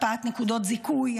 הקפאת נקודות זיכוי,